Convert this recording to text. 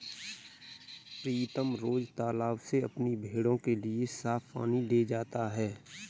प्रीतम रोज तालाब से अपनी भेड़ों के लिए साफ पानी ले जाता है